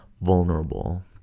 vulnerable